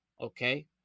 Okay